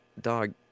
dog